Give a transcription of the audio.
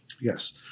yes